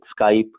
Skype